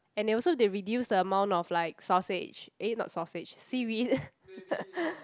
and they also they reduce the amount of like sausage eh not sausage seaweed